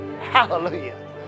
Hallelujah